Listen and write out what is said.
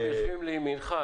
הם יושבים לימינך.